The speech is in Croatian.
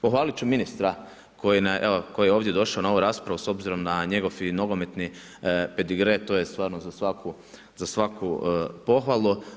Pohvaliti ću ministra koji je ovdje došao na ovu raspravu s obzirom na njegov i nogometni pedigre, to je stvarno za svaku pohvalu.